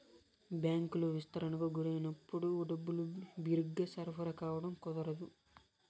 బ్యాంకులు విస్తరణకు గురైనప్పుడు డబ్బులు బిరిగ్గా సరఫరా కావడం కుదరదు